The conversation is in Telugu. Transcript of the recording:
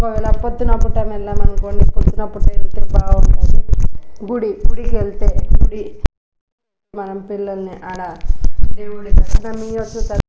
ఒకవేళ పొద్దున పూట వెళ్ళామనుకోండి పొద్దున పూటెళ్తే బాగుంటుంది గుడి గుడికెళ్తే గుడి మనం పిల్లల్ని అక్కడ దేవుడి దర్శనమివ్వచ్చు